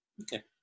Okay